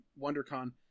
WonderCon